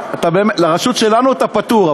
אתה פטור,